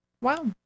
Wow